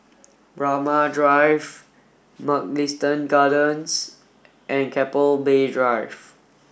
Braemar Drive Mugliston Gardens and Keppel Bay Drive